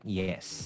yes